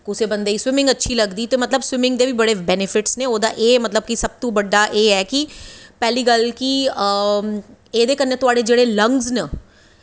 कुसै बंदे गी स्विमिंग अच्छी लगदी ते मतलब की स्विमिंग दे बी बड़े बेनीफिट नै ते ओह्दा एह् सब तू बड्डा एह् ऐ की पैह्ली गल्ल की एह्दे कन्नै थुआढ़े जेह्ड़े लंग्स न